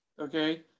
okay